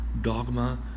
dogma